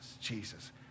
Jesus